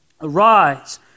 Arise